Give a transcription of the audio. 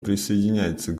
присоединяется